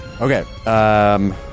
Okay